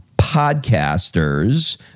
podcasters